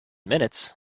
minutes